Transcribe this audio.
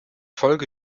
folge